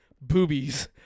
boobies